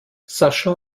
sascha